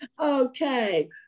Okay